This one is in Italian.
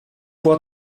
può